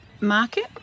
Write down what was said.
market